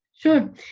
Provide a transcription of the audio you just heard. Sure